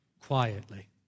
quietly